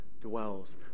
dwells